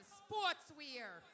sportswear